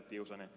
tiusanen